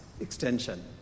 extension